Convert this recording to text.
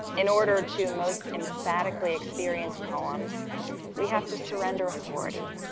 in order to most emphatically experience poems we have to surrender authority,